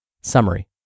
Summary